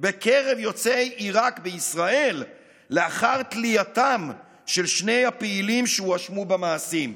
בקרב יוצאי עיראק בישראל לאחר תלייתם של שני הפעילים שהואשמו במעשים.